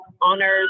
honors